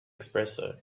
espresso